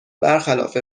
برخلاف